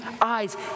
eyes